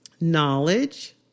knowledge